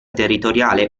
territoriale